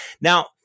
now